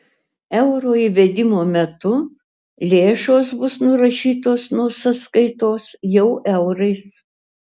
euro įvedimo metu lėšos bus nurašytos nuo sąskaitos jau eurais